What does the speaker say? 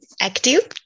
active